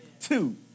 two